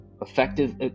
Effective